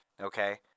okay